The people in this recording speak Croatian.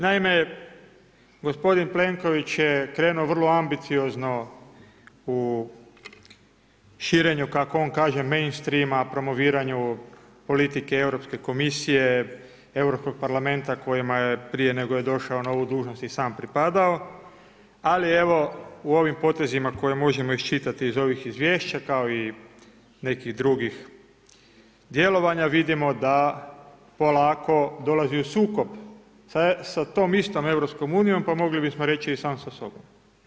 Naime, gospodin Plenković je krenuo vrlo ambiciozno u širenju kako on kaže mainstreama promoviranju politike Europske komisije, Europskog parlamentima kojima je prije nego je došao na ovu dužnost i sam pripadao, ali evo u ovim potezima koje možemo iščitati iz ovih izvješća kao i nekih drugih djelovanja vidimo da polako dolazi u sukob sa tom istom EU pa mogli bismo reći i sam sa sobom.